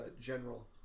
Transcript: general